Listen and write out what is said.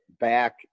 back